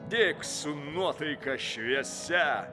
dėk su nuotaika šviesia